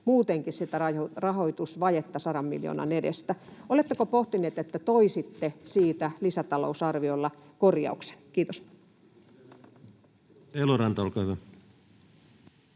muutenkin sitä rahoitusvajetta 100 miljoonan edestä. Oletteko pohtineet, että toisitte siitä lisätalousarviolla korjauksen? — Kiitos. [Speech